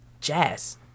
jazz